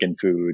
food